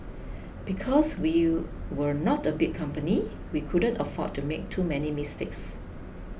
because we were not a big company we couldn't afford to make too many mistakes